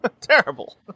Terrible